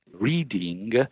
reading